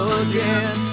again